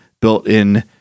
built-in